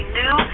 new